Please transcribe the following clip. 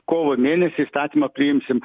kovo mėnesį įstatymą priimsim